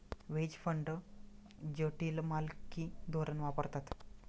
veg fund जटिल मालकी धोरण वापरतात